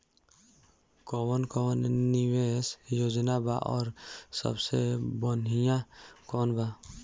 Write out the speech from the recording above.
कवन कवन निवेस योजना बा और सबसे बनिहा कवन बा?